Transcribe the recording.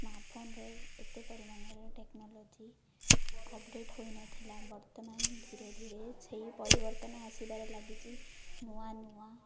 ସ୍ମାର୍ଟଫୋନ୍ରେ ଏତେ ପରିମାଣର ଟେକ୍ନୋଲୋଜି ଅପଡ଼େଟ୍ ହୋଇନଥିଲା ବର୍ତ୍ତମାନ ଧୀରେ ଧୀରେ ସେଇ ପରିବର୍ତ୍ତନ ଆସିବାରେ ଲାଗିଛି ନୂଆ ନୂଆ